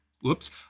whoops